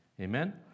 Amen